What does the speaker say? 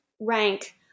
rank